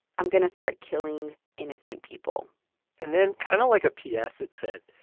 i'm going to start killing innocent people and then, kind of like a p s, it said,